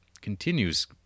continues